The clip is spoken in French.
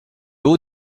haut